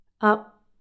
up